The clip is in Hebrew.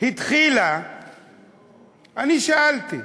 אני שאלתי,